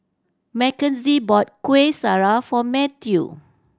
Mackenzie bought Kuih Syara for Matthew